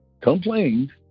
complained